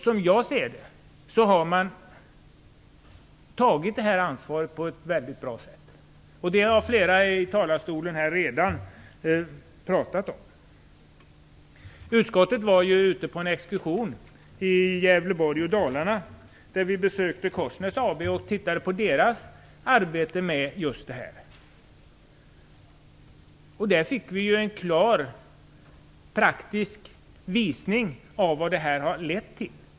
Som jag ser det har man tagit detta ansvar på ett väldigt bra sätt. Det har flera redan pratat om här i talarstolen. Utskottet var ute på exkursion i Gävleborg och Dalarna. Vi besökte Korsnäs AB och tittade på deras arbete med just detta. Vi fick en klar praktisk visning av vad det har lett till.